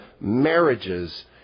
marriages